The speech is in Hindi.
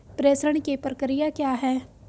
प्रेषण की प्रक्रिया क्या है?